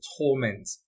torment